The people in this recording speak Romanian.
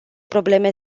probleme